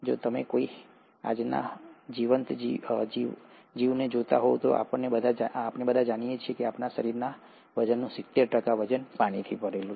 જો તમે આજના કોઈપણ જીવંત જીવને જોતા હોવ તો આપણે બધા જાણીએ છીએ કે આપણા શરીરના વજનના સિત્તેર ટકા વજન પાણીથી બનેલું છે